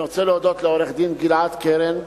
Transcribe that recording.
אני רוצה להודות לעורך-דין גלעד קרן,